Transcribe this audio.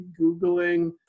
Googling